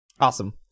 Awesome